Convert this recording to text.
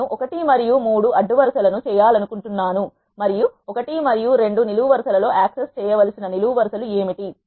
నేను 1 మరియు 3 అడ్డు వరుస లను చేయాలనుకుంటున్నాను మరియు 1 మరియు 2 నిలువు వరసలలో యాక్సెస్ చేయవలసిన నిలువు వరు సలు ఏమిటి